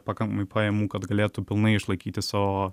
pakankamai pajamų kad galėtų pilnai išlaikyti savo